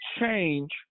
change